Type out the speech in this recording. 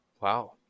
Wow